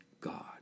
God